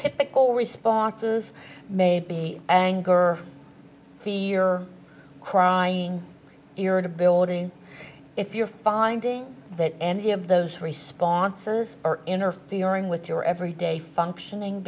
typical responses may be anger fear crying irritability if you're finding that any of those responses are interfering with your every day functioning